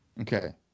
Okay